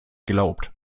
glaubt